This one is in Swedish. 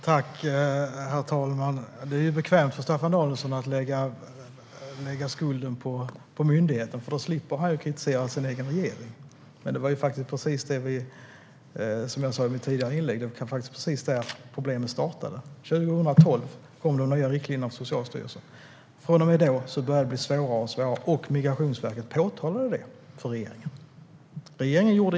Herr talman! Det är bekvämt för Staffan Danielsson att lägga skulden på myndigheten, för då slipper han kritisera sitt eget partis regering. Men precis som jag sa i mitt tidigare inlägg var det där problemen startade. År 2012 kom de nya riktlinjerna från Socialstyrelsen. Då började det bli svårare. Migrationsverket påtalade detta för regeringen.